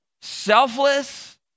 selfless